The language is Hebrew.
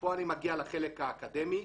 כאן אני מגיע לחלק האקדמי.